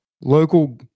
local